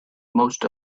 most